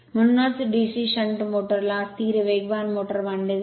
म्हणूनच DC shunt motor ला स्थिर वेगवान मोटर मानले जाते